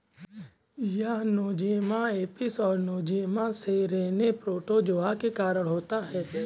यह Nosema apis और Nosema ceranae protozoa के कारण होता है